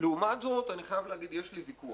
לעומת זאת, אני חייב להגיד, יש לי ויכוח